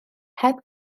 heb